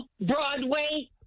Broadway